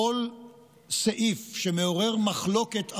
כל סעיף שמעורר מחלוקת עמוקה.